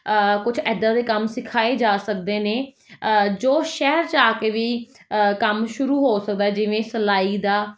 ਕੁਛ ਇੱਦਾਂ ਦੇ ਕੰਮ ਸਿਖਾਏ ਜਾ ਸਕਦੇ ਨੇ ਜੋ ਸ਼ਹਿਰ 'ਚ ਆ ਕੇ ਵੀ ਕੰਮ ਸ਼ੁਰੂ ਹੋ ਸਕਦਾ ਹੈ ਜਿਵੇਂ ਸਿਲਾਈ ਦਾ